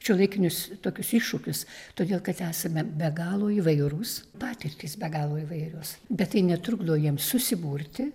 šiuolaikinius tokius iššūkius todėl kad esame be galo įvairūs patirtys be galo įvairios bet tai netrukdo jiems susiburti